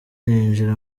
ninjira